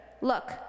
Look